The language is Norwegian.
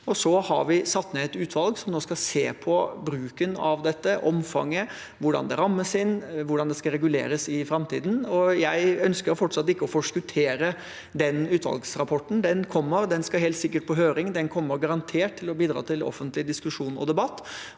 Vi har satt ned et utvalg som nå skal se på bruken og omfanget av dette, hvordan det rammes inn og hvordan det skal reguleres i framtiden. Jeg ønsker fortsatt ikke å forskuttere den utvalgsrapporten. Den kommer, og den skal helt sikkert på høring. Den kommer garantert til å bidra til offentlig diskusjon og debatt,